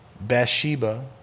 Bathsheba